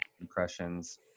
impressions